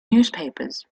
newspapers